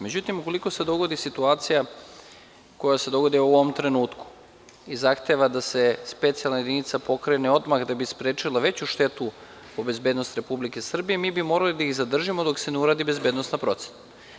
Međutim, ukoliko se dogodi situacija koja se dogodi u ovom trenutku i zahteva da se specijalna jedinica pokrene odmah da bi sprečila veću štetu po bezbednost Republike Srbije, mi bi morali da ih zadržimo dok se ne uradi bezbednosna procena.